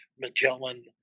Magellan